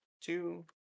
two